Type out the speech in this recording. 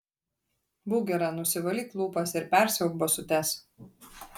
būk gera nusivalyk lūpas ir persiauk basutes